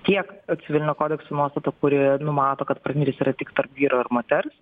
tiek civilinio kodekso nuostata kuri numato kad partnerystė yra tik tarp vyro ir moters